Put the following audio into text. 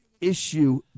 issue